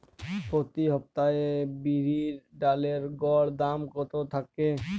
প্রতি সপ্তাহে বিরির ডালের গড় দাম কত থাকে?